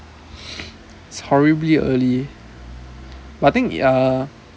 it's horribly early but I think ya uh